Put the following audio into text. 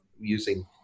using